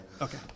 Okay